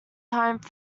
time